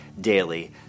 daily